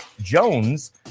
Jones